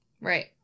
Right